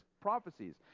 prophecies